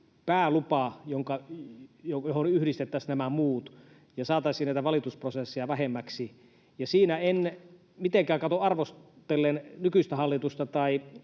päälupa, johon yhdistettäisiin nämä muut ja saataisiin näitä valitusprosesseja vähemmäksi. Siinä en mitenkään katso arvostellen nykyistä hallitusta